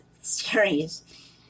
series